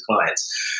clients